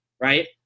right